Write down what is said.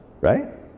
Right